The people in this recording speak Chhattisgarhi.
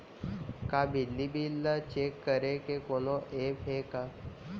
का बिजली बिल ल चेक करे के कोनो ऐप्प हे का?